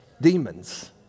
demons